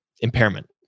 impairment